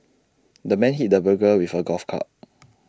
the man hit the burglar with A golf club